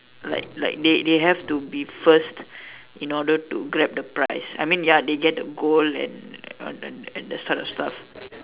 like like they they have to be first in order to Grab the prize I mean ya they get the gold and and the sort of stuff